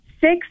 six